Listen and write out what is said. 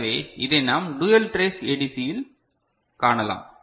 எனவே இதை நாம் டூயல் டிரேஸ் ADC இல் காணலாம்